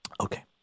Okay